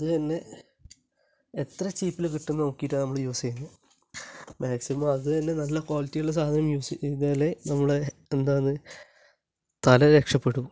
അതുതന്നെ എത്ര ചീപ്പിൽ കിട്ടും എന്ന് നോക്കിയിട്ടാണ് നമ്മൾ യൂസ് ചെയ്യുന്നത് മാക്സിമം അതിൽ നല്ല ക്വാളിറ്റിയുള്ള സാധനം യൂസ് ചെയ്താൽ നമ്മളെ എന്താണ് തല രക്ഷപ്പെടും